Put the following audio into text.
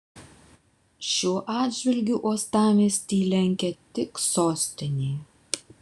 šiuo atžvilgiu uostamiestį lenkia tik sostinė